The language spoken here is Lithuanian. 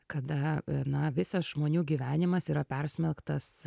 kada na visas žmonių gyvenimas yra persmelktas